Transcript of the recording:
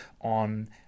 on